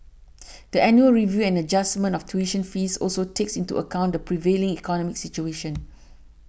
the annual review and adjustment of tuition fees also takes into account the prevailing economic situation